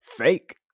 fake